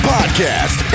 Podcast